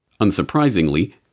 Unsurprisingly